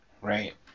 right